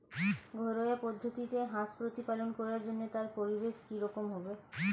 ঘরোয়া পদ্ধতিতে হাঁস প্রতিপালন করার জন্য তার পরিবেশ কী রকম হবে?